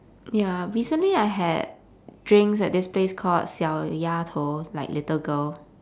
ya recently I had drinks at this place called 小丫头 like little girl